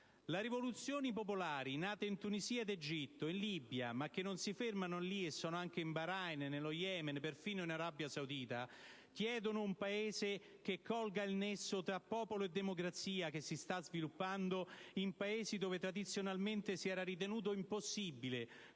Le rivoluzioni popolari nate in Tunisia, in Egitto e in Libia, ma che non si fermano lì, perché sono anche in Bahrein, nello Yemen, e perfino in Arabia Saudita, chiedono un Paese che colga il nesso tra popolo e democrazia che si sta sviluppando in Paesi dove tradizionalmente si era ritenuto impossibile